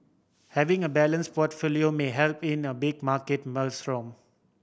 having a balance portfolio may help in a big market maelstrom